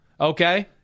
Okay